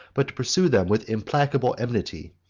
but to pursue them with implacable enmity,